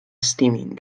steaming